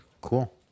cool